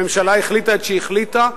הממשלה החליטה את שהחליטה,